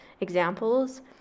examples